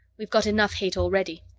we've got enough hate already.